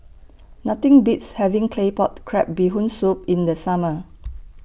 Nothing Beats having Claypot Crab Bee Hoon Soup in The Summer